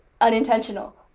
unintentional